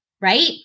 right